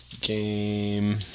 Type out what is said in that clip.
Game